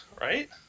right